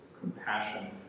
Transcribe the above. compassion